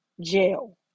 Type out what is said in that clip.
jail